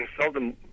seldom